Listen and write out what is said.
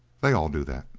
they all do that.